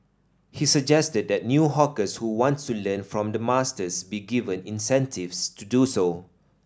he suggested that new hawkers who wants to learn from the masters be given incentives to do so